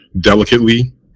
delicately